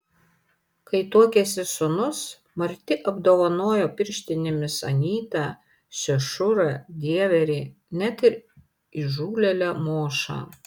kai tuokėsi sūnus marti apdovanojo pirštinėmis anytą šešurą dieverį net ir įžūlėlę mošą